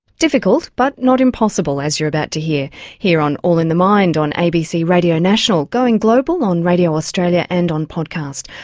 difficult but not impossible, as you're about to hear here on all in the mind on abc radio national going global on radio australia and on podcast,